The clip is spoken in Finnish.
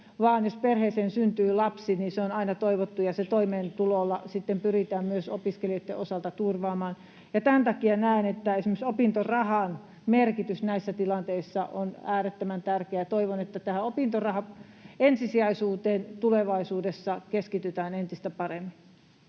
vaan jos perheeseen syntyy lapsi, niin se on aina toivottu, ja toimeentulo myös opiskelijoitten osalta pyritään turvaamaan. Tämän takia näen, että esimerkiksi opintorahan merkitys näissä tilanteissa on äärettömän tärkeä, ja toivon, että tähän opintorahan ensisijaisuuteen tulevaisuudessa keskitytään entistä paremmin.